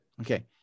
Okay